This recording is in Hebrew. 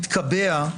מתקבע,